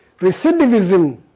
recidivism